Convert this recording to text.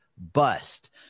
bust